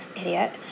idiot